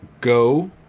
Go